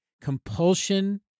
compulsion